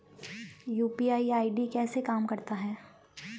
UPI ID कैसे काम करता है?